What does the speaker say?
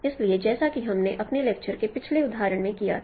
इसलिए जैसा कि हमने अपने लेक्चर्स के पिछले उदाहरण में किया था